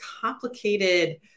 complicated